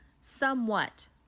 somewhat